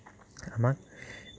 আমাক